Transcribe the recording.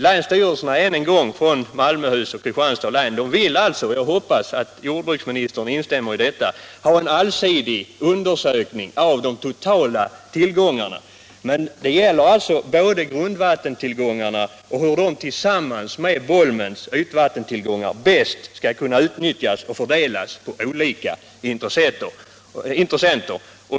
Länsstyrelserna i Malmöhus och Kristianstads län vill alltså —- och jag hoppas att jordbruksministern ställer sig positiv till detta — ha en allsidig undersökning av de totala vattentillgångarna. Det gäller både grundvattentillgångarna och hur de tillsammans med Bolmens ytvattentillgångar bäst skall kunna utnyttjas och fördelas på olika intressenter.